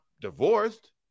divorced